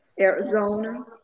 Arizona